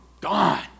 gone